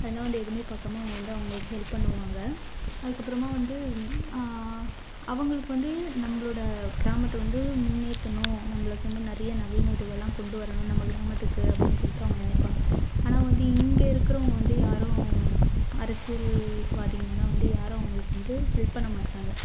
அதனால் வந்து எதுவுமே பார்க்காம அவங்க வந்து அவங்களுக்கு ஹெல்ப் பண்ணுவாங்க அதுக்கப்பறமாக வந்து அவங்களுக்கு வந்து நம்பளோட கிராமத்தை வந்து முன்னேற்றுணும் நம்பளுக்கு வந்து நிறைய நவீன இதுவெல்லாம் கொண்டு வரணும் நம்ம கிராமத்துக்கு அப்படின் சொல்லிட்டு அவங்க நினைப்பாங்க ஆனால் வந்து இங்கே இருக்கிறவங்க வந்து யாரும் அரசியல் வாதிகள் எல்லாம் வந்து யாரும் அவங்களுக்கு வந்து ஹெல்ப் பண்ணமாட்டாங்க